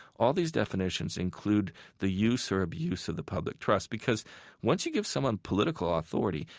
all these definitions include the use or abuse of the public trust. because once you give someone political authority,